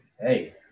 hey